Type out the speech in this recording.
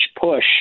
push